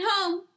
home